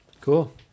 Cool